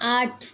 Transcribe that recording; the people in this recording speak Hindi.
आठ